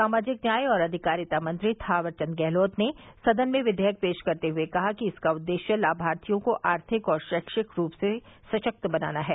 सामाजिक न्याय और अधिकारिता मंत्री थावरचंद गहलोत ने सदन में विधेयक पेश करते हए कहा कि इसका उद्देश्य लामार्थियों को आर्थिक और रैक्षिक रूप से सशक्त बनाना है